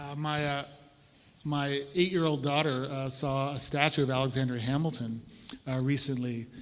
ah my ah my eight-year-old daughter saw a statue of alexander hamilton recently.